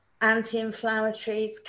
anti-inflammatories